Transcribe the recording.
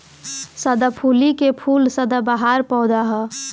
सदाफुली के फूल सदाबहार पौधा ह